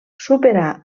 superà